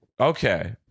Okay